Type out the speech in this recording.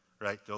right